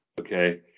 okay